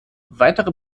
weitere